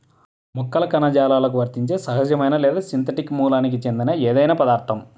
మొక్కల కణజాలాలకు వర్తించే సహజమైన లేదా సింథటిక్ మూలానికి చెందిన ఏదైనా పదార్థం